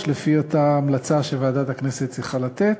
לפי אותה המלצה שוועדת הכנסת צריכה לתת,